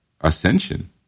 ascension